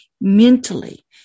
mentally